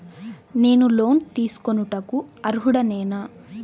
నేను లోన్ తీసుకొనుటకు అర్హుడనేన?